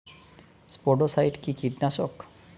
স্পোডোসাইট কি কীটনাশক?